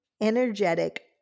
energetic